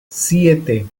siete